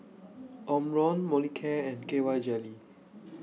Omron Molicare and K Y Jelly